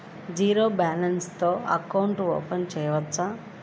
Zero balance తో account open చేయవచ్చు?